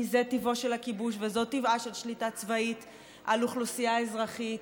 כי זה טיבו של הכיבוש וזו טבעה של שליטה צבאית על אוכלוסייה אזרחית,